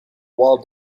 wall